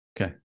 Okay